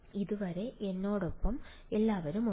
ഇതുവരെ എന്നോടൊപ്പം എല്ലാവരും ഉണ്ട്